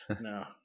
No